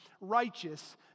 righteous